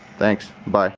thanks, bye.